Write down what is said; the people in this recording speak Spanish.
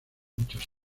muchos